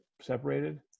separated